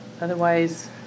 otherwise